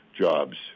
jobs